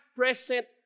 present